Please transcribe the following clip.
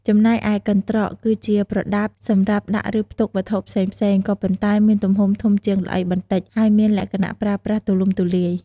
ចំណែកឯ កន្រ្តក គឺជាប្រដាប់សម្រាប់ដាក់ ឬផ្ទុកវត្ថុផ្សេងៗ ក៏ប៉ុន្តែមានទំហំធំជាងល្អីបន្តិច ហើយមានលក្ខណៈប្រើប្រាស់ទូលំទូលាយ។